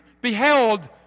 beheld